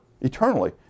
eternally